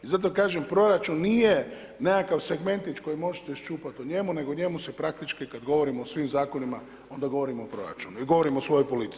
I zato kažem, proračun nije nekakav segmentić koji možete iščupati o njemu, njego o njemu se praktički, kada govorimo o svim zakonima, onda govorimo o proračunu i govorimo o svojoj politici.